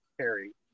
carry